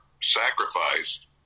sacrificed